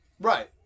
Right